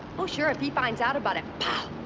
ah sure. if he finds out about it, pow!